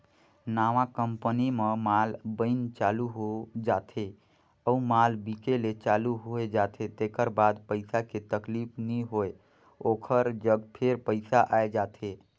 नवा कंपनी म माल बइन चालू हो जाथे अउ माल बिके ले चालू होए जाथे तेकर बाद पइसा के तकलीफ नी होय ओकर जग फेर पइसा आए जाथे